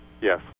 Yes